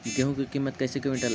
गेहू के किमत कैसे क्विंटल है?